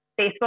Facebook